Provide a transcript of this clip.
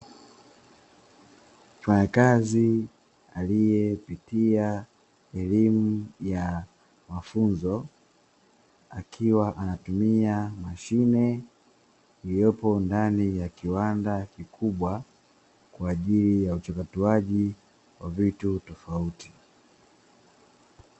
Mfanyakazi aliyepitia elimu ya mafunzo akiwa anatumia mashine iliyopo ndani ya kiwanda kikubwa, kwa ajili ya uchakatuaji wa vitu tofauti.